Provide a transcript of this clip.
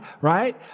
right